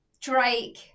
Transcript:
Drake